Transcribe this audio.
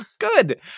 Good